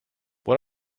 what